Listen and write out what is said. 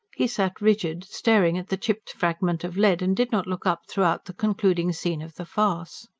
he sat rigid, staring at the chipped fragment of lead, and did not look up throughout the concluding scene of the farce.